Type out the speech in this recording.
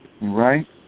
Right